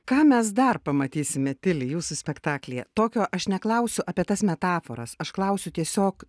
ką mes dar pamatysime tili jūsų spektaklyje tokio aš neklausiu apie tas metaforas aš klausiu tiesiog